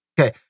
Okay